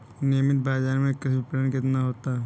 नियमित बाज़ार में कृषि विपणन कितना होता है?